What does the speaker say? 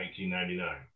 1999